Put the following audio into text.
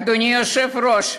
אדוני היושב-ראש,